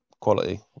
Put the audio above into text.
quality